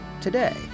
today